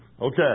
Okay